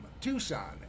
Tucson